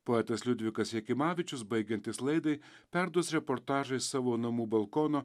poetas liudvikas jakimavičius baigiantis laidai perduos reportažą iš savo namų balkono